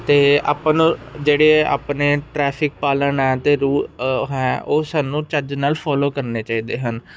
ਅਤੇ ਆਪਾਂ ਨੂੰ ਜਿਹੜੇ ਆਪਣੇ ਟਰੈਫਿਕ ਪਾਲਣ ਹੈ ਅਤੇ ਰੂ ਹੈ ਉਹ ਸਾਨੂੰ ਚੱਜ ਨਾਲ ਫੋਲੋ ਕਰਨੇ ਚਾਹੀਦੇ ਹਨ